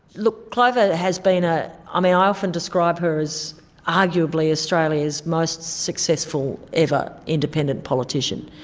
look, clover has been ah um a. i often describe her as arguably australia's most successful ever independent politician.